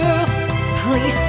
Please